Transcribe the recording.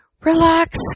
Relax